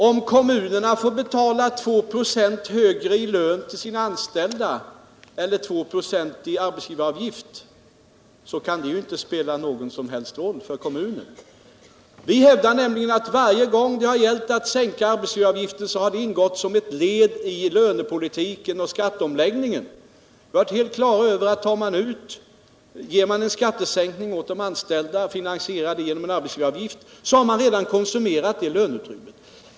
Om kommunerna får betala 2 96 högre lön till sina anställda eller om de får betala 2 96 i arbetsgivaravgift kan ju inte spela någon som helst roll för dem. Vi hävdar nämligen att varje gång det gällde att höja arbetsgivaravgiften så ingick detta som ett led i lönepolitiken och i skatteomläggningen. Vi är helt klara över att om man ger de anställda en skattesänkning och finansierar denna med en arbetsgivaravgift, då har man redan konsumerat löneutrymmet för den kostnaden.